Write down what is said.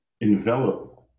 envelop